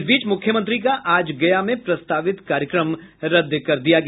इस बीच मुख्यमंत्री का आज गया में प्रस्तावित कार्यक्रम रद्द कर दिया गया